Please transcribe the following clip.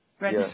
Yes